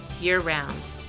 year-round